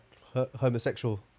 homosexual